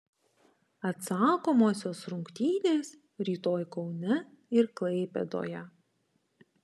atsakomosios rungtynės rytoj kaune ir klaipėdoje